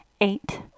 eight